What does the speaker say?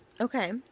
Okay